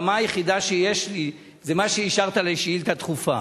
הבמה היחידה שיש לי זה מה שאישרת לי כשאילתא דחופה.